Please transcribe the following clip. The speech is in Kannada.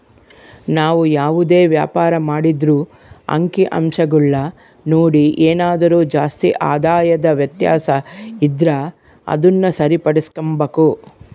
ನಾವು ಯಾವುದೇ ವ್ಯಾಪಾರ ಮಾಡಿದ್ರೂ ಅಂಕಿಅಂಶಗುಳ್ನ ನೋಡಿ ಏನಾದರು ಜಾಸ್ತಿ ಆದಾಯದ ವ್ಯತ್ಯಾಸ ಇದ್ರ ಅದುನ್ನ ಸರಿಪಡಿಸ್ಕೆಂಬಕು